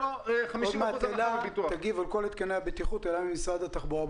צריכה לעבור את אישור הכנסת בוועדה משותפת של ועדת החוקה וועדת הכספים.